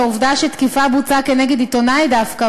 העובדה שתקיפה נעשתה נגד עיתונאי דווקא,